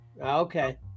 Okay